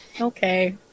Okay